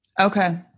Okay